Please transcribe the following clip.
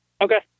Okay